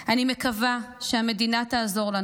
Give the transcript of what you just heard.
אני מקווה שהמדינה תעזור לנו,